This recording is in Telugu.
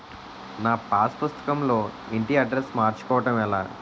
నా పాస్ పుస్తకం లో ఇంటి అడ్రెస్స్ మార్చుకోవటం ఎలా?